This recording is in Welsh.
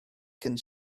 cyn